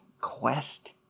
quest